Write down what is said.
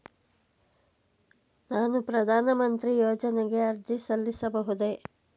ನಾನು ಪ್ರಧಾನ ಮಂತ್ರಿ ಯೋಜನೆಗೆ ಅರ್ಜಿ ಸಲ್ಲಿಸಬಹುದೇ?